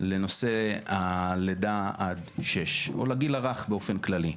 לנושא הלידה עד שש, או לגיל הרך באופן כללי,